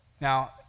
Now